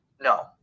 no